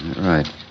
right